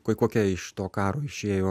kokia iš to karo išėjo